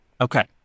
Okay